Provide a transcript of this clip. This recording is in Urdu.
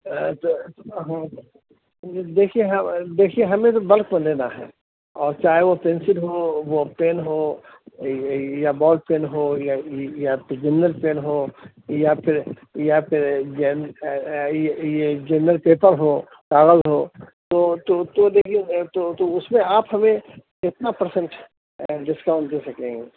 ہاں دیکھیے دیکھیے ہمیں تو بلک میں لینا ہے اور چاہے وہ پینسل ہو وہ پین ہو یا بال پین ہو یا پھر جنرل پین ہو یا پھر یا پھر یہ یہ جنرل پیپر ہو کاغذ ہو تو تو تو دیکھیے تو تو اس میں آپ ہمیں کتنا پر سینٹ ڈسکاؤنٹ دے سکیں گے